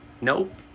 Nope